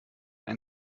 ein